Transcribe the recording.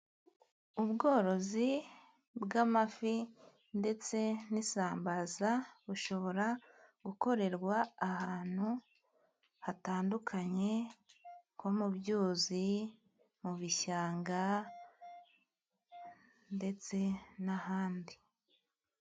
Ubworozi bw'amafi ndetse n'isambaza bushobora gukorerwa ahantu hatandukanye nko mu byuzi, mu bishanga ndetse n'ahandi.